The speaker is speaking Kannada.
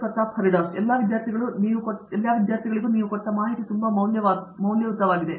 ಪ್ರತಾಪ್ ಹರಿಡೋಸ್ ಮತ್ತು ಎಲ್ಲ ವಿದ್ಯಾರ್ಥಿಗಳಿಗೂ ಅದು ತುಂಬಾ ಮೌಲ್ಯಯುತವಾಗಿದೆ